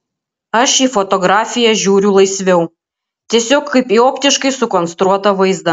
aš į fotografiją žiūriu laisviau tiesiog kaip į optiškai sukonstruotą vaizdą